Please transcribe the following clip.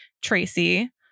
Tracy